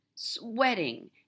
sweating